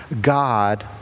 God